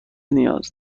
نیاز